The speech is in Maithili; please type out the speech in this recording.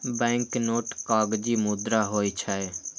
बैंकनोट कागजी मुद्रा होइ छै